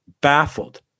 baffled